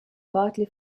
partly